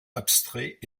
abstrait